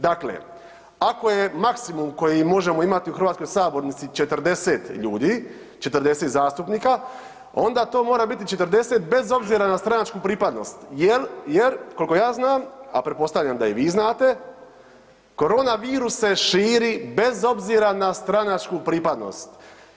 Dakle, ako je maksimum koji možemo imati u hrvatskoj sabornici 40 ljudi, 40 zastupnika, onda to mora biti 40 bez obzira na stranačku pripadnost jel, jer kolko ja znam, a pretpostavljam da i vi znate, koronavirus se širi bez obzira na stranačku pripadnost.